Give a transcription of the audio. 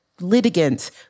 litigants